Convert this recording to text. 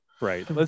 Right